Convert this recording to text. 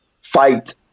fight